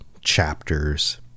chapters